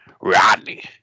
Rodney